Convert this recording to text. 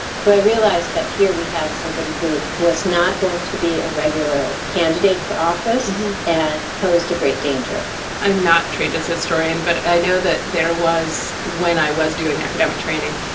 so i realized that here we had somebody who was not going to be a regular candidate for office and posed a great danger i'm not trained as a historian, but i know that there was when i was doing academic training,